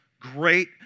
great